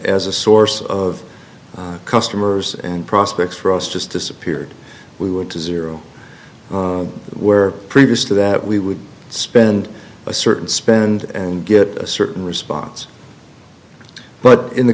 as a source of customers and prospects for us just disappeared we were to zero where previous to that we would spend a certain spend and get a certain response but in the